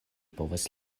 povas